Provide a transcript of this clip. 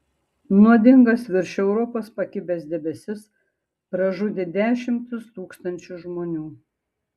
nuodingas virš europos pakibęs debesis pražudė dešimtis tūkstančių žmonių